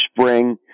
spring